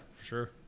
sure